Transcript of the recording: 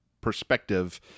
perspective